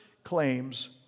claims